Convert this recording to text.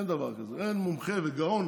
אין דבר כזה, אין מומחה וגאון